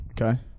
Okay